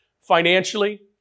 financially